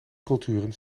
culturen